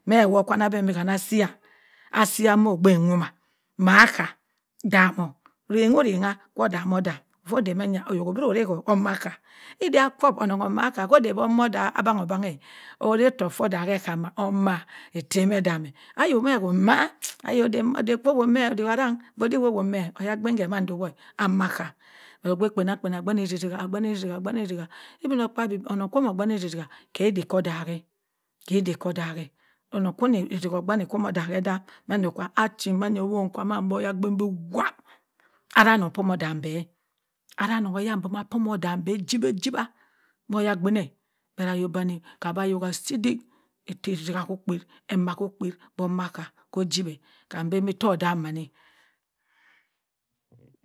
Mẹ wo ka anna bendi monnsiyan asiyan mọ obgu womam makka daak-g onnon rano-orrannang fo odam-o odam ivo oyok obiro ora ko omakka ida akup onnon omakka kuda bi ku aban-nna ora ottokh fo odaak ke okka-ma oma ettem edam-e ayio mẹ ku ma ayio mada owọ me oyadin kemando wo makka obgh kpannakpa a ganni ezi ezi cha ganni ezisiga ibinokpadyi onnon ko no oggani erizizah odaakake kada kodaak-kẹ, onnon komo ezizigg oggani ko no duak ke koda mando ka own kwaam oyabink wa ara onnon komo odambẹ ara annon ke keh komo odam ke odawi aji ma oyadikna but ayok dani ka bi ayok asi bik ke sisika ko pa ke me ko pa omakka kojiwa kam mben bi to odam ma-a.